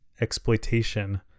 exploitation